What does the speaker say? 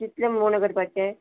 कितलें म्हूण उणें करपाचें